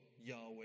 Yahweh